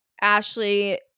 Ashley